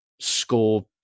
score